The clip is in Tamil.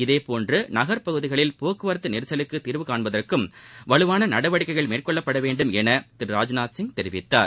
இதேடோன்று நகரப் பகுதிகளில் போக்குவரத்து நெரிசலுக்குத் தீர்வு காண்பதற்கும் வலுவான நடவடிக்கைகள் மேற்கொள்ளப்பட வேண்டும் என திரு ராஜ்நாத்சிங் தெரிவித்தார்